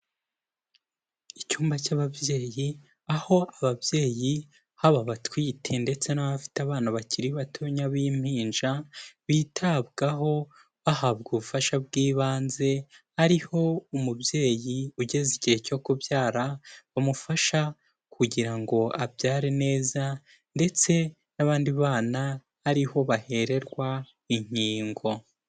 Icyumba cy'ababyeyi, aho ababyeyi haba batwite ndetse n'abafite abana bakiri bato b'impinja bitabwaho bahabwa ubufasha bw'ibanze, ari ho umubyeyi ugeze igihe cyo kubyara bamufasha kugira ngo abyare neza ndetse n'abandi bana ari ho bahererwa inkingo.